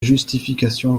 justification